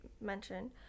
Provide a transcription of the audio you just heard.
mentioned